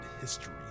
history